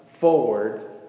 forward